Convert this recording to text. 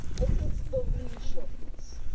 it's, it's the lesions.